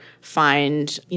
find